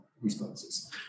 Responses